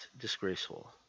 disgraceful